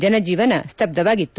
ಜನಜೀವನ ಸ್ಥಬ್ದವಾಗಿತ್ತು